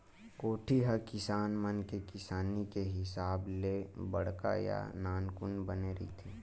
कोठी ह किसान मन के किसानी के हिसाब ले बड़का या नानकुन बने रहिथे